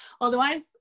otherwise